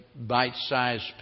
bite-sized